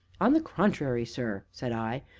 on the contrary, sir, said i,